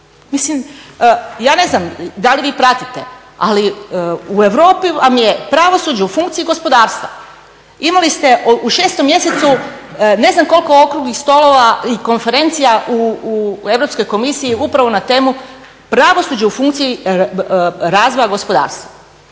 Mislim ja ne znam da li vi pratite, ali u Europi vam je pravosuđe u funkciji gospodarstva. Imali ste u 6.mjesecu ne znam koliko okruglih stolova i konferencija u Europskoj komisiji upravo na temu pravosuđe u funkciji razvoja gospodarstva.